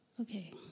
Okay